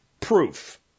proof